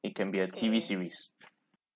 it can be a T_V series